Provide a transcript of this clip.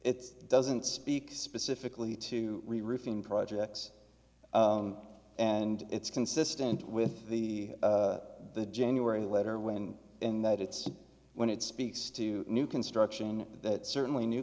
it doesn't speak specifically to the roofing projects and it's consistent with the the january letter when and that it's when it speaks to new construction that certainly new